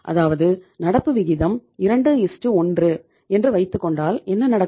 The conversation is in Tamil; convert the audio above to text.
அதாவது நடப்பு விகிதம் 21 என்று வைத்துக் கொண்டால் என்ன நடக்கும்